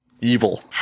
Evil